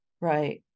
right